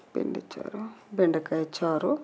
బెండి చారు బెండకాయ చారు